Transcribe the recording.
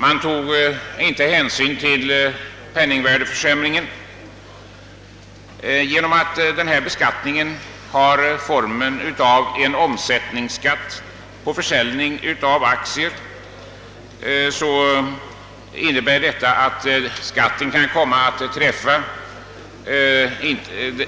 Man tog inte hänsyn till penningvärdeförsämringen. Genom att denna beskattning har formen av en omsättningsskatt på försäljning av aktier kan skatten kom ma att träffa